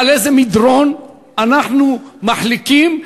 על איזה מדרון אנחנו מחליקים,